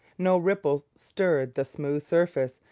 no ripple stirred the smooth surface,